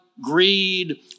greed